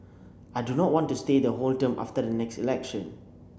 I do not want to stay the whole term after the next election